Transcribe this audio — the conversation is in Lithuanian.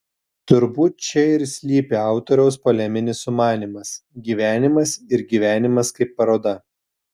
turbūt čia ir slypi autoriaus poleminis sumanymas gyvenimas ir gyvenimas kaip paroda